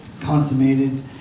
consummated